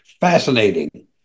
fascinating